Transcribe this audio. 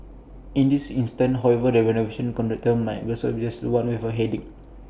in this instance however the renovation contractor might just be The One with A headache